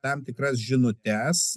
tam tikras žinutes